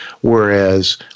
Whereas